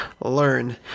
learn